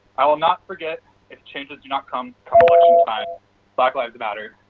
i will not forgive if changes do not come. black lives matter,